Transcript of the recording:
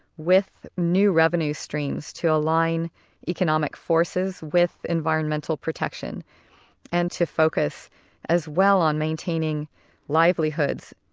with new revenue streams to align economic forces with environmental protection and to focus as well on maintaining livelihoods.